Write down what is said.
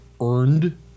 earned